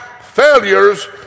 failures